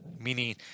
Meaning